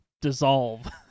dissolve